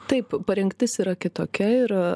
taip parengtis yra kitokia ir